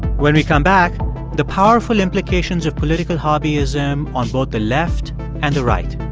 when we come back the powerful implications of political hobbyism on both the left and the right